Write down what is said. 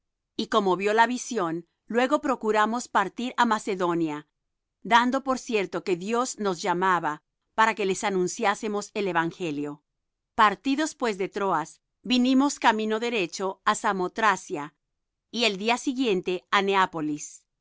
y como vió la visión luego procuramos partir á macedonia dando por cierto que dios nos llamaba para que les anunciásemos el evangelio partidos pues de troas vinimos camino derecho á samotracia y el día siguiente